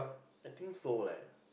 I think so leh